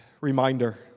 reminder